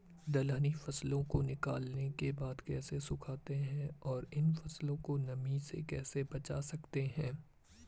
दलहनी फसलों को निकालने के बाद कैसे सुखाते हैं और इन फसलों को नमी से कैसे बचा सकते हैं?